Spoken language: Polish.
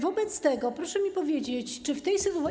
Wobec tego proszę mi powiedzieć, czy w tej sytuacji.